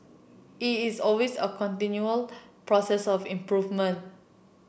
it is always a continual process of improvement